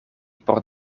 por